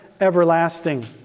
everlasting